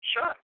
Sure